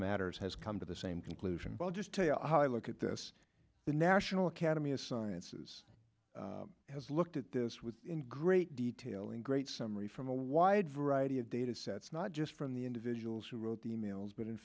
matters has come to the same conclusion well just take a look at this the national academy of sciences has looked at this with in great detail and great summary from a wide variety of data sets not just from the individuals who wrote the emails but in